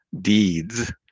deeds